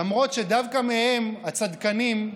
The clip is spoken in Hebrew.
למרות שדווקא מהם, הצדקנים,